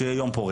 שיהיה יום פורה.